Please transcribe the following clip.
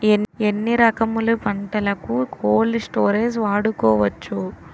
ఎన్ని రకములు పంటలకు కోల్డ్ స్టోరేజ్ వాడుకోవచ్చు?